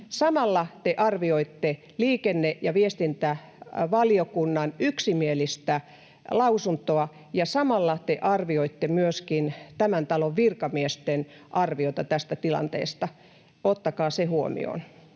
samalla te arvioitte liikenne- ja viestintävaliokunnan yksimielistä lausuntoa ja samalla te arvioitte myöskin tämän talon virkamiesten ja ministeriön virkamiehen arviota tästä tilanteesta. Ottakaa se huomioon.